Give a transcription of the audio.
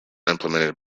implemented